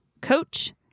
coach